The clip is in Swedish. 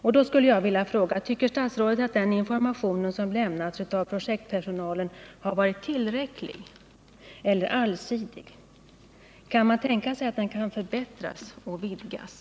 Jag skulle därför vilja fråga: Tycker statsrådet att den information som lämnats av projektpersonalen har varit tillräcklig eller allsidig? Kan man tänka sig att den kan förbättras och vidgas?